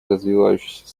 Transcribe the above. развивающейся